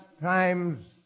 times